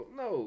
no